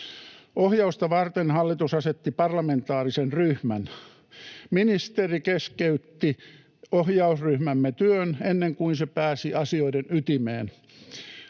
Ohjausta varten hallitus asetti parlamentaarisen ryhmän. Ministeri keskeytti ohjausryhmämme työn ennen kuin se pääsi asioiden ytimeen.